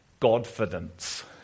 Godfidence